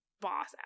boss